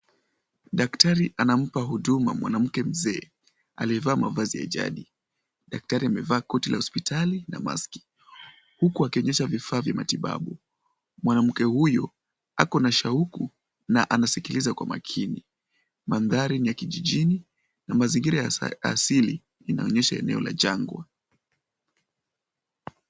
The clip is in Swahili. Daktari, anampa huduma, mwanamke mzee. Aliyevaa mavazi ya jadi. Daktari amevaa koti la hospitali na maski. Huku akionyesha vifaa vya matibabu, mwanamke huyo ako na shauku na anasikiliza kwa makini. Mandhari ni ya kijijini, na mazingira ya asili inaonyesha eneo la jangwa.